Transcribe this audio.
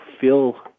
fill